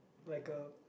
like a